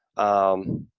um,